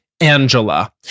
Angela